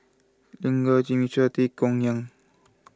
Lin Gao Jimmy Chua Tay Yong Kwang